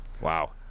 Wow